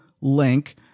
link